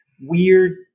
weird